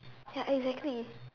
ya exactly